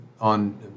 on